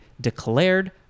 declared